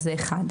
תקציבי.